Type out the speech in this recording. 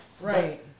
Right